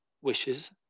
wishes